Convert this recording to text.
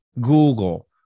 Google